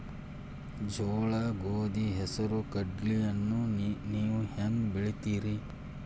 ಜೋಳ, ಗೋಧಿ, ಹೆಸರು, ಕಡ್ಲಿಯನ್ನ ನೇವು ಹೆಂಗ್ ಬೆಳಿತಿರಿ?